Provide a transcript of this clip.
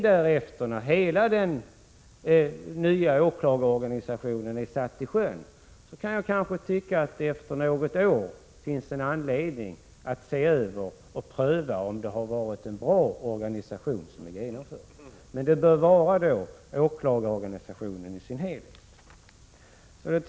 Därefter, sedan hela den nya åklagarorganisationen är satt i sjön, kan det efter något år finnas anledning att se över och pröva om den genomförda organisationen fungerat bra. Det bör då gälla åklagarorganisationen i dess helhet.